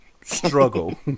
struggle